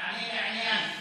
תענה לעניין.